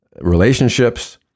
relationships